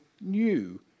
new